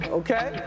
okay